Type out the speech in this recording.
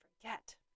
forget